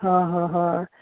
हां हां हय